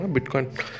Bitcoin